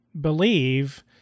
believe